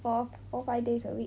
four four five days a week